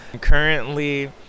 currently